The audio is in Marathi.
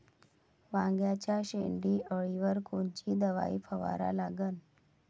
वांग्याच्या शेंडी अळीवर कोनची दवाई फवारा लागन?